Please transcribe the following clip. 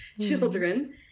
children